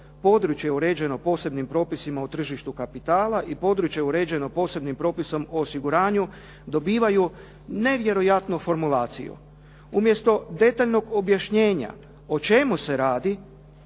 područje uređeno posebnim propisima u tržištu kapitala i područje uređeno posebnim propisom o osiguranju dobivaju nevjerojatnu formulaciju. Umjesto detaljnog objašnjenja o čemu se radi,